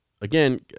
again